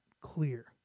clear